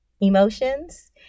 Emotions